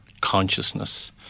consciousness